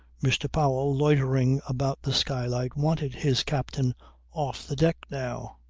mr. powell loitering about the skylight wanted his captain off the deck now.